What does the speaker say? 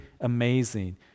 amazing